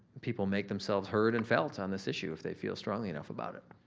people make themselves heard and felt on this issue if they feel strongly enough about it.